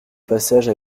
passage